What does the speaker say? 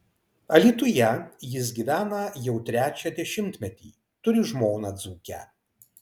alytuje jis gyvena jau trečią dešimtmetį turi žmoną dzūkę